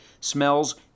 smells